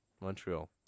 Montreal